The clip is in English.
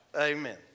Amen